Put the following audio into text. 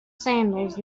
sandals